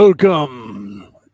Welcome